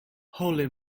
holy